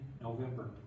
November